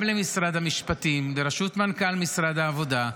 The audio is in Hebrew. גם למשרד המשפטים, בראשות מנכ"ל משרד העבודה.